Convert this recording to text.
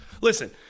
Listen